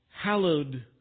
hallowed